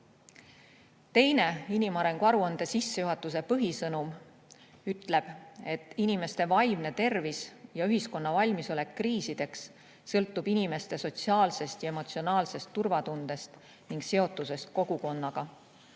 Teine inimarengu aruande sissejuhatuse põhisõnum ütleb, et inimeste vaimne tervis ja ühiskonna valmisolek kriisideks sõltub inimeste sotsiaalsest ja emotsionaalsest turvatundest ning seotusest kogukonnaga.